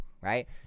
right